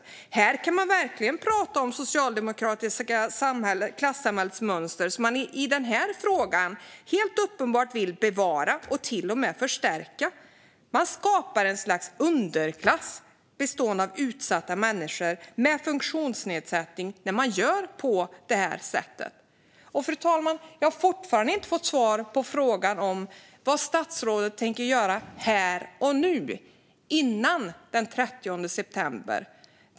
I detta fall kan man verkligen prata om det socialdemokratiska klassamhällets mönster, som man här uppenbarligen vill bevara och till och med förstärka. När man gör på detta sätt skapar man ett slags underklass bestående av utsatta människor med funktionsnedsättning. Fru talman! Jag har fortfarande inte fått svar på frågan vad statsrådet tänker göra här och nu, före den 30 september.